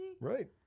right